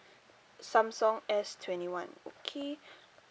samsung S twenty one okay